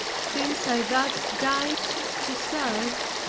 since i thus died to self,